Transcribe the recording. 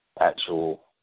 actual